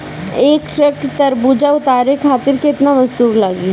एक ट्रक तरबूजा उतारे खातीर कितना मजदुर लागी?